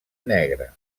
negre